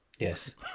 Yes